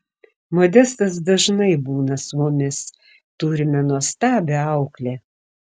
modestas dažnai būna su mumis turime nuostabią auklę